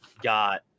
got